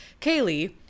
Kaylee